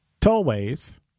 tollways